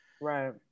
right